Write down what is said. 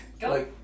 Go